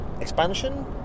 expansion